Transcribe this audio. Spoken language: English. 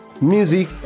Music